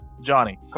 johnny